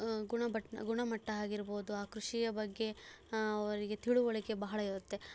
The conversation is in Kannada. ಗುಣಮಟ್ ಗುಣಮಟ್ಟ ಆಗಿರ್ಬೋದು ಆ ಕೃಷಿಯ ಬಗ್ಗೆ ಅವರಿಗೆ ತಿಳುವಳಿಕೆ ಬಹಳ ಇರುತ್ತೆ